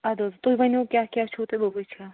ادٕ حظ تُہۍ ؤنِو کیٛاہ چھُ تہٕ بہٕ وُچھہِ